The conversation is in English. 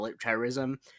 terrorism